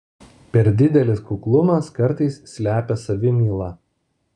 per didelis kuklumas kartais slepia savimylą